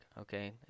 okay